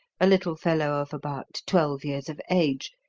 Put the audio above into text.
a little fellow of about twelve years of age,